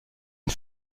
une